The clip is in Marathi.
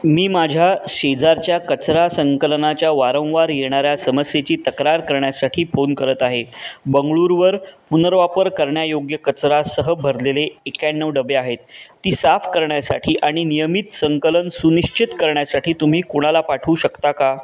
मी माझ्या शेजारच्या कचरा संकलनाच्या वारंवार येणाऱ्या समस्येची तक्रार करण्यासाठी फोन करत आहे बंगळूरवर पुनर्वापर करण्यायोग्य कचरासह भरलेले एक्याण्णव डबे आहेत ती साफ करण्यासाठी आणि नियमित संकलन सुनिश्चित करण्यासाठी तुम्ही कुणाला पाठवू शकता का